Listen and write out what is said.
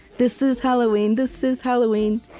this is halloween, this is halloween.